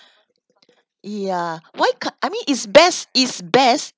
ya why ca~ I mean is best is best